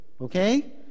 Okay